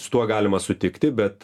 su tuo galima sutikti bet